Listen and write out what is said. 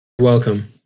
welcome